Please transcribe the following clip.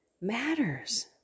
matters